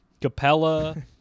Capella